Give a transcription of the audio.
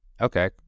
Okay